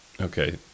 Okay